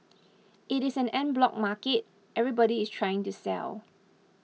it is an en bloc market everybody is trying to sell